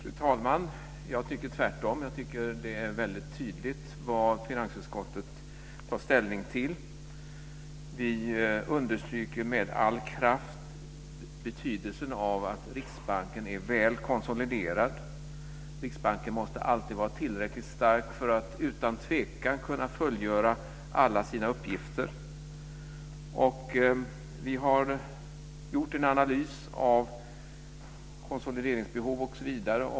Fru talman! Jag tycker tvärtom. Jag tycker att det är väldigt tydligt vad finansutskottet tar ställning till. Vi understryker med all kraft betydelsen av att Riksbanken är väl konsoliderad. Riksbanken måste alltid vara tillräckligt stark för att utan tvekan kunna fullgöra alla sina uppgifter. Vi har gjort en analys av konsolideringsbehov osv.